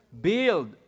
Build